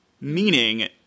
Meaning